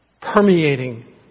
permeating